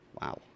Wow